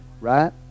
right